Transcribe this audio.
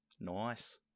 Nice